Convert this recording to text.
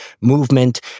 movement